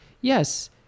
yes